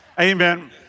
Amen